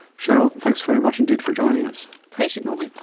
cheryl, thanks very much indeed for joining us. pleasure norman.